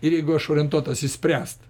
ir jeigu aš orientuotas išspręst